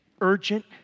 urgent